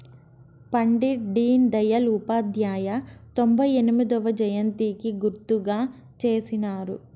పండిట్ డీన్ దయల్ ఉపాధ్యాయ తొంభై ఎనిమొదవ జయంతికి గుర్తుగా చేసినారు